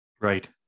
Right